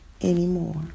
anymore